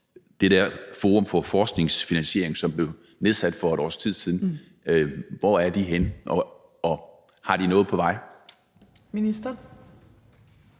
det der Forum for Forskningsfinansiering, som blev nedsat for et års tid siden, altså hvor de er henne i det